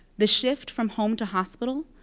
the shift from home to hospital,